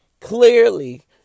clearly